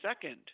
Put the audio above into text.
second